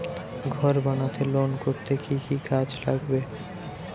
ঘর বানাতে লোন করতে কি কি কাগজ লাগবে?